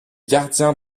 gardiens